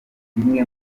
bimwe